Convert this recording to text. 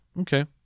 Okay